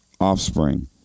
offspring